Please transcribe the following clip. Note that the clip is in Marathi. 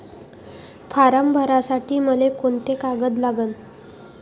फारम भरासाठी मले कोंते कागद लागन?